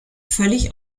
völlig